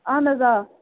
اَہن حظ آ